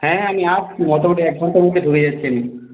হ্যাঁ আমি আসছি মোটামুটি এক ঘণ্টার মধ্যে ঢুকে যাচ্ছি আমি